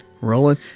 Rolling